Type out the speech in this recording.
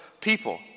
people